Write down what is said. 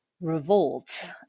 revolt